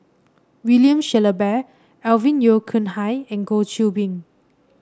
William Shellabear Alvin Yeo Khirn Hai and Goh Qiu Bin